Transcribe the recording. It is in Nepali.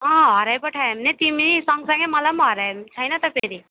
अँ हराइपठाएँ भने तिमी सँगसँगै मलाई पनि हराए भने त छैन त फेरि